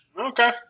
Okay